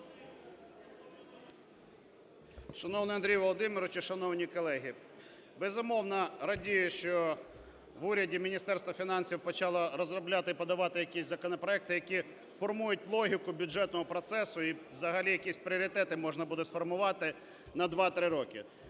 Шановний Андрій Володимирович, шановні колеги! Безумовно, радію, що в уряді Міністерство фінансів почало розробляти і подавати якісь законопроекти, які формують логіку бюджетного процесу і взагалі якісь пріоритети можна буде сформувати на два-три роки.